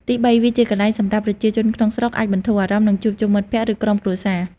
ទីបី វាជាកន្លែងសម្រាប់ប្រជាជនក្នុងស្រុកអាចបន្ធូរអារម្មណ៍ និងជួបជុំមិត្តភក្តិ ឬក្រុមគ្រួសារ។